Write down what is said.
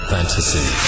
fantasy